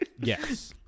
yes